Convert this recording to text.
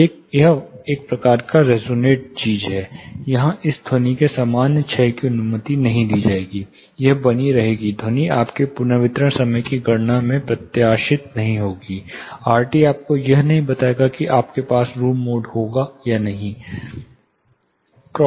यह एक प्रकार की रेजोनेट चीज है जहां यह ध्वनि के सामान्य क्षय की अनुमति नहीं देगा यह बनी रहेगी ध्वनि आपके पुनर्वितरण समय की गणना में प्रत्याशित नहीं होगी आरटी आपको यह नहीं बताएगा कि आपके पास रूम मोड होगा या नहीं